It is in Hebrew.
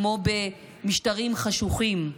כמו במשטרים חשוכים,